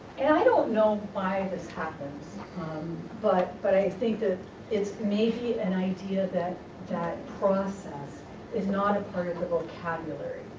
and i don't know why this happens but but i think it's maybe an idea that that process is not a part of the vocabulary,